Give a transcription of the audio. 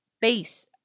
base